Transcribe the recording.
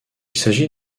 s’agit